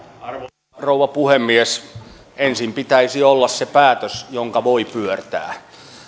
arvoisa rouva puhemies ensin pitäisi olla se päätös jonka voi pyörtää